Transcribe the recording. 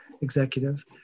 executive